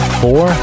four